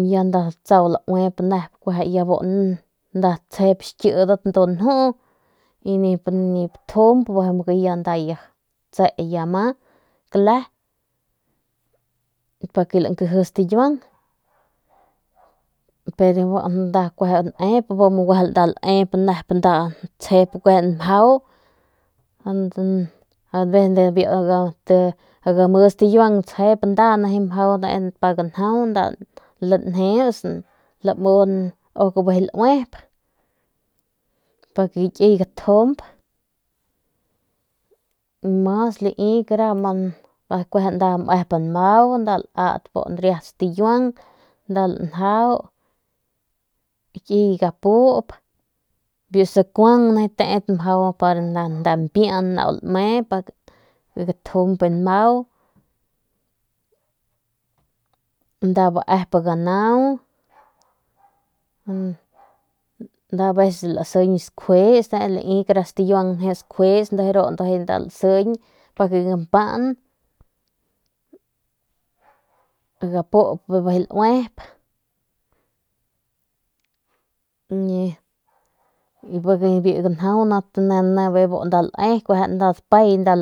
Y ya nda tsau nda luep nda tjep xichiedat nep njuu y nip tjump be ya tse ya ama kle ke lankeje stikiuan pero nda kue lep nda tsjep kueje mjau te game stikiuan tsjep nda mjau pa ganjau lanjis lmu ok be luep pik be kiey gtjump y kue mas kara lii pa mep nmau lat riat stikiuan lanjau kiey gapup nkuan tedat mjau para nda mpian pa nau nmep nmau nda baep ganau be aveces lseñ skjuis stikiuan njeu skjuis ganau lseñ pa que gampaan gapup be lueo pa que gapup bi ganau nda dpay nda